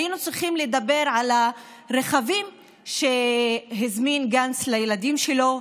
היינו צריכים לדבר על הרכבים שהזמין גנץ לילדים שלו,